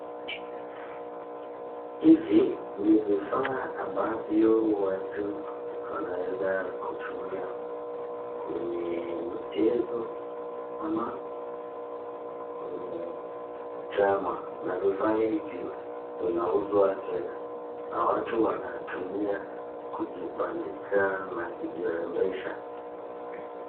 Hivi ni vifaa ambavyo watu wanaweza kutumia kwenye michezo ama kwenye drama . Na vifaa hivi vinauzwa tena. Na watu wanatumia kujibandika na kujirembesha.